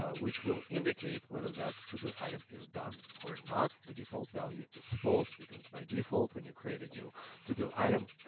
ah which will indicate whether that to-do item is done or not. the default value is false because by default, when you create a new to-do item,